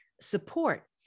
support